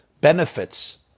benefits